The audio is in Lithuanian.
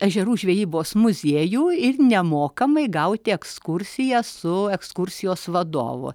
ežerų žvejybos muziejų ir nemokamai gauti ekskursiją su ekskursijos vadovu